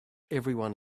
everyone